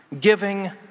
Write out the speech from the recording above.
giving